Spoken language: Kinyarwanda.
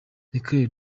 michael